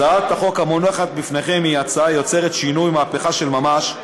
הצעת החוק המונחת בפניכם היא הצעה היוצרת שינוי ומהפכה של ממש,